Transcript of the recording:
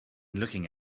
looking